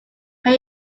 can